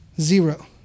Zero